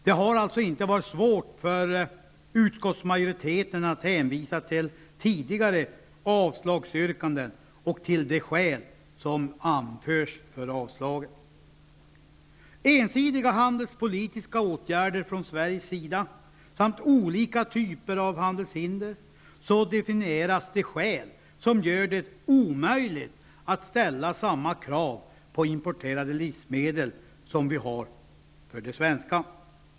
Det har alltså inte varit svårt för utskottsmajoriteten att hänvisa till tidigare avslagsyrkanden och till skäl som anförts för dessa. Det som gör det omöjligt att ställa samma krav på importerade livsmedel som vi har på de svenska är att detta definieras som ensidiga handelspolitiska åtgärder eller som olika typer av handelshinder från Sveriges sida.